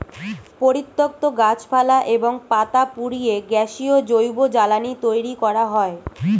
পরিত্যক্ত গাছপালা এবং পাতা পুড়িয়ে গ্যাসীয় জৈব জ্বালানি তৈরি করা হয়